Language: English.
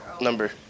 number